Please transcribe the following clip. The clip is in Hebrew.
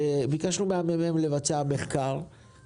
ביקשנו ממרכז המחקר והמידע של הכנסת לערוך